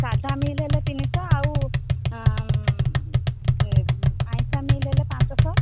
ସାଧା ମିଲ ହେଲେ ତିନିଶହ ଆଉ ଆଇଁଷ ମିଲ ହେଲେ ପାଞ୍ଚଶହ